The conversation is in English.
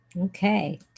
Okay